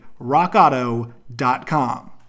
RockAuto.com